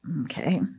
Okay